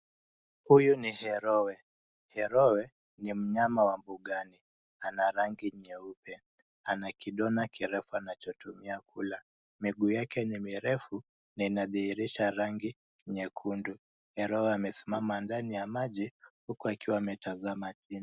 Huyu ni herowe. Herowe ni mnyama wa mbugani, ana rangi nyeupe. Ana kidona kirefu anachotumia kula. Miguu yake ni mirefu na inadhihirisha rangi nyekundu. Herowe amesimama ndani ya maji huku akiwa ametazama chini.